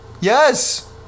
Yes